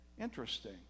Interesting